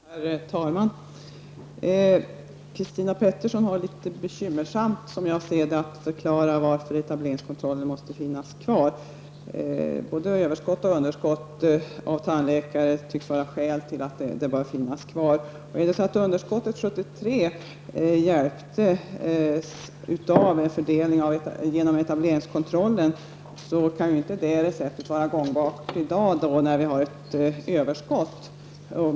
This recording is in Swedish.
Herr talman! Christina Pettersson har litet bekymmersamt, som jag ser det, att förklara varför etableringskontrollen måste finnas kvar. Både överskott och underskott av tandläkare tycks vara skäl till att den bör finnas kvar. Om underskottet 1973 avhjälptes genom etableringskontrollen, kan inte det receptet vara gångbart i dag, när vi har ett överskott.